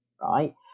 right